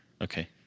Okay